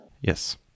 Yes